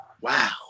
wow